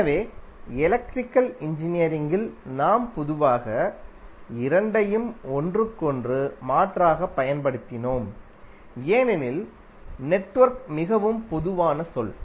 எனவே எலக்ட்ரிகல் இன்ஜினியரிங்கில் நாம் பொதுவாக இரண்டையும் ஒன்றுக்கொன்று மாற்றாகப் பயன்படுத்தினோம் ஏனெனில் நெட்வொர்க் மிகவும் பொதுவான சொல்